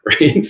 right